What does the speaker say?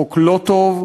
הוא חוק לא טוב,